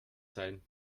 sein